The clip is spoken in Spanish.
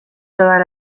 todas